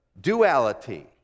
duality